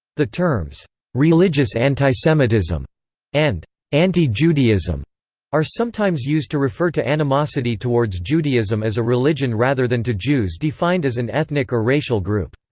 the terms religious antisemitism and anti-judaism are sometimes used to refer to animosity towards judaism as a religion rather than to jews defined as an ethnic or racial group.